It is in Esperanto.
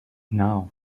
naŭ